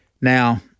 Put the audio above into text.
Now